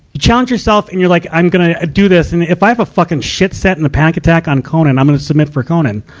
challenge yourself and you're like, i'm gonna do this. and if i have a fucking shit set and a panic attack on conan, i'm gonna submit for conan.